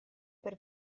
per